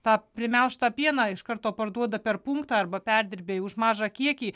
tą primelžtą pieną iš karto parduoda per punktą arba perdirbėjai už mažą kiekį